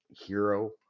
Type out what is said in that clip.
hero